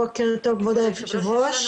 בוקר טוב, כבוד היושב ראש.